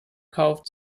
kauft